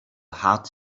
hart